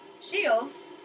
Shields